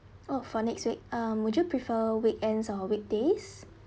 oh for next week um would you prefer weekends or weekdays